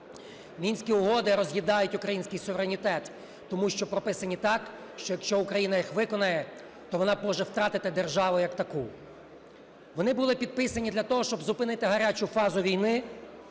Мінські угоди роз'їдають український суверенітет, тому що прописати так, що, якщо Україна їх виконає, то вона може втратити державу як таку. Вони були підписані для того, щоб зупинити гарячу фазу війни